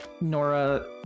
Nora